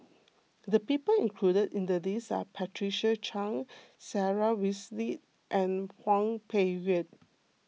the people included in the list are Patricia Chan Sarah Winstedt and Hwang Peng Yuan